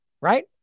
Right